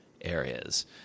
areas